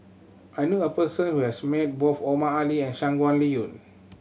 I know a person who has met both Omar Ali and Shangguan Liuyun